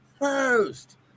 first